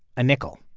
a nickel.